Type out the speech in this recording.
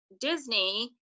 Disney